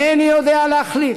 ואינני יודע להחליט